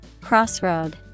Crossroad